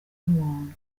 y’umuhondo